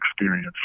experience